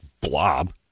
blob